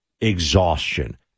Exhaustion